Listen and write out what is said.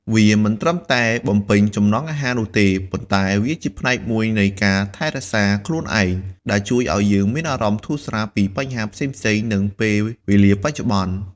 វាមិនត្រឹមតែបំពេញចំណង់អាហារនោះទេ ប៉ុន្តែវាជាផ្នែកមួយនៃការ ថែរក្សាខ្លួនឯង ដែលជួយឲ្យយើងមានអារម្មណ៍ធូរស្រាលពីបញ្ហាផ្សេងៗ នឹងពេលវេលាបច្ចុប្បន្ន។